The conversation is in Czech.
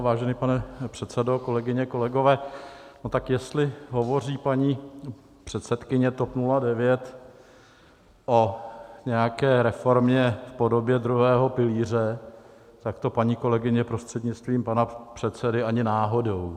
Vážený pane předsedo, kolegyně, kolegové, no tak jestli hovoří paní předsedkyně TOP 09 o nějaké reformě v podobě druhého pilíře, tak to, paní kolegyně, prostřednictvím pana předsedy, ani náhodou.